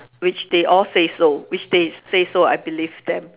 which they all say so which they say so I believe them